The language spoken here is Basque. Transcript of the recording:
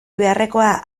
beharrekoa